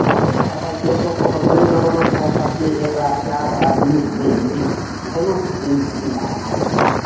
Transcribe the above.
अरे तपाईँ पेसोकको त कुरै नगर्नुहोस् बर्सात में एक रात प्यार भरा दिल भन्ने हिन्दी फेमस फिल्म सुटिङ भएको ठाउँहरू हो त्यो